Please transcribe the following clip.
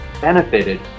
benefited